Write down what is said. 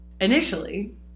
initially